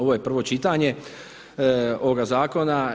Ovo je prvo čitanje ovoga Zakona.